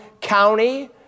county